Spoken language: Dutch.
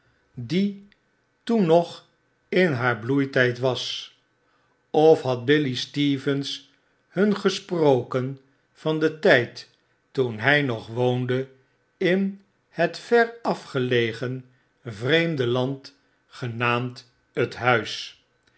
die toen nog in haar bloeitgd was of had billy stevens hun gesproken van den tfld toen hg nog woonde in het ver afgelegen vreemde land genaatnd t huis